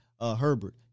Herbert